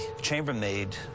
chambermaid